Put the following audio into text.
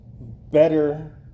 better